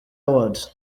awards